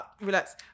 Relax